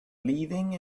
leaving